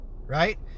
right